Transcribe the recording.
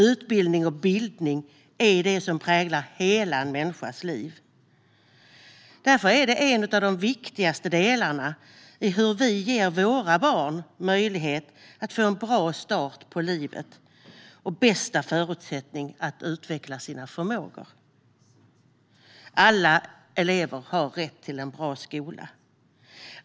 Utbildning och bildning är det som präglar hela en människas liv. Därför är det en av de viktigaste delarna i hur vi ger våra barn möjlighet att få en bra start i livet och de bästa förutsättningarna att utveckla sina förmågor. Alla elever har rätt till en bra skola.